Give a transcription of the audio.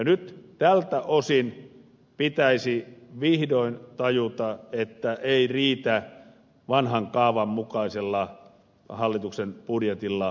nyt tältä osin pitäisi vihdoin tajuta että ei riitä vanhan kaavan mukaisella hallituksen budjetilla eteneminen